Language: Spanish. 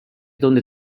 donde